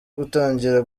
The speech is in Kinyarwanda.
gutangira